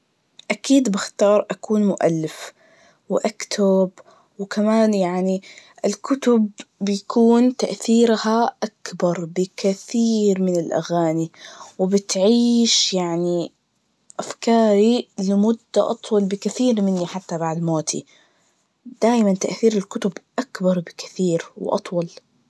أكيد بختار أكون مؤلف وأكتب, وكمان يعني الكتب بتكون تأثيرها أكبر بكثير من الأغاني, وبتعيش يعني أفكاري لمدة أطول بكثير مني حتى بعد موتي, دايماً تأثير الكتب أكبر بكثير وأطول.